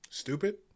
stupid